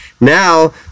Now